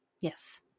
Yes